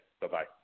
Bye-bye